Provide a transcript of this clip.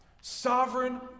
Sovereign